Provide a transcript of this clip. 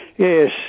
Yes